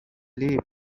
leave